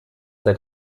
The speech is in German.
seit